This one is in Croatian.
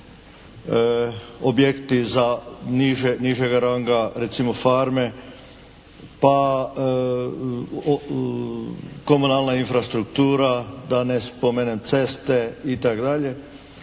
objekti za niže, nižega ranga, recimo farme, pa komunalna infrastruktura, da ne spomenem ceste, itd. gdje